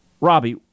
Robbie